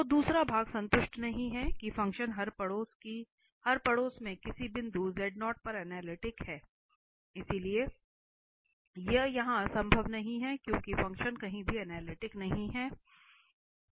तो दूसरा भाग संतुष्ट नहीं है कि फ़ंक्शन हर पड़ोस में किसी बिंदु पर अनलिटिक है इसलिए यह यहां संभव नहीं है क्योंकि फंक्शन कहीं भी अनलिटिक नहीं है